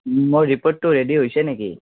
মোৰ ৰিপ'ৰ্টটো ৰেডী হৈছে নেকি